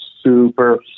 super